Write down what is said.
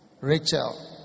Rachel